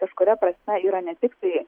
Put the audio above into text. kažkuria prasme yra ne tiktai